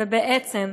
ובעצם,